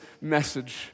message